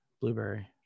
blueberry